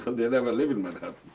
they never lived in manhattan.